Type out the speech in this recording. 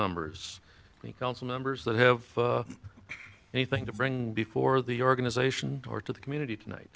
members council members that have anything to bring before the organization or to the community tonight